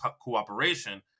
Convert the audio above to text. cooperation